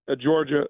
Georgia